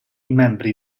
membri